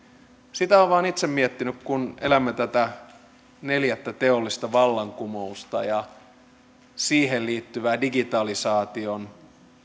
sitä olen vain itse miettinyt kun elämme tätä neljättä teollista vallankumousta ja siihen liittyvää digitalisaation